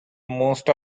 most